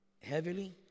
heavily